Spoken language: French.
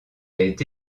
est